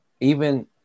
even-